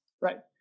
Right